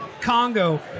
Congo